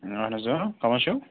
اہن حظ کَم حظ چھِو